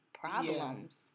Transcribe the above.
problems